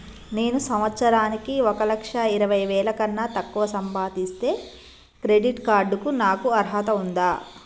నేను సంవత్సరానికి ఒక లక్ష ఇరవై వేల కన్నా తక్కువ సంపాదిస్తే క్రెడిట్ కార్డ్ కు నాకు అర్హత ఉందా?